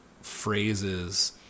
phrases